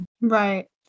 right